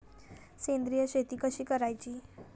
सेंद्रिय शेती कशी करायची?